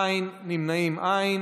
אין, נמנעים, אין.